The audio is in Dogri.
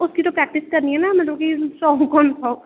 उसकी तो प्रैक्टिस करनी है ना हमें